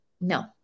No